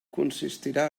consistirà